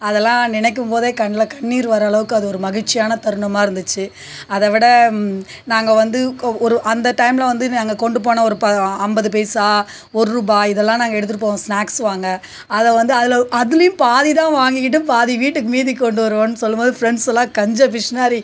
அதலாம் நினைக்கும்போதே கண்ணில் கண்ணீர் வர்ற அளவுக்கு அது ஒரு மகிழ்ச்சியான தருணமாகிருந்துச்சி அதை விட நாங்கள் வந்து கோ ஒரு அந்த டைமில் வந்து நாங்கள் கொண்டுபோன ஒரு ப ஐம்பது பைசா ஒர் ரூபாய் இதலாம் நாங்கள் எடுத்துட்டுப்போவோம் ஸ்னாக்ஸ் வாங்க அதை வந்து அதில் அதுலையும் பாதிதான் வாங்கிக்கிட்டு பாதி வீட்டுக்கு மீதி கொண்டு வருவோனு சொல்லும் போது ஃப்ரெண்ட்ஸ்ல்லாம் கஞ்சப்பிஷ்னாரி